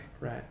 Right